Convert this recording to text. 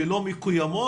שלא מקוימות?